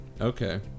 okay